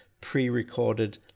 pre-recorded